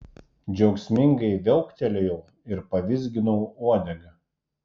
džiaugsmingai viauktelėjau ir pavizginau uodegą